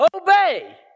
Obey